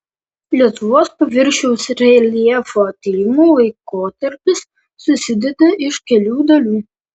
lietuvos paviršiaus reljefo tyrimų laikotarpis susideda iš kelių dalių